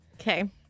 Okay